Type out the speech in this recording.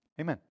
Amen